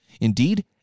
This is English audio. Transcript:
Indeed